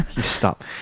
stop